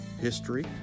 history